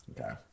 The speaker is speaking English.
okay